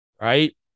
right